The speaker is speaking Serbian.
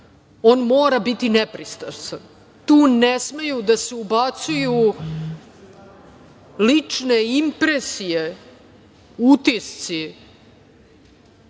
on mora biti nepristrasan. Tu ne smeju da se ubacuju lične impresije, utisci